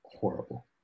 horrible